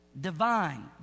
Divine